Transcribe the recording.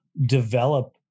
develop